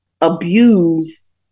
abused